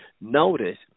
Notice